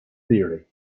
theory